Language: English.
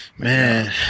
Man